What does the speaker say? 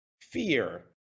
fear